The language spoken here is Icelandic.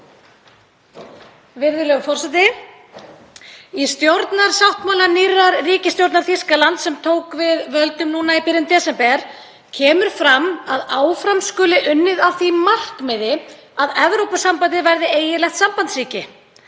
Virðulegur forseti. Í stjórnarsáttmála nýrrar ríkisstjórnar Þýskalands, sem tók við völdum í byrjun desember, kemur fram að áfram skuli unnið að því markmiði að Evrópusambandið verði eiginlegt sambandsríki.